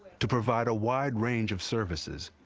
to provide a wide range of services,